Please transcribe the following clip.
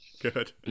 Good